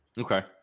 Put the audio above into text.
Okay